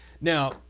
Now